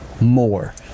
more